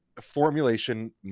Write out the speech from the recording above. formulation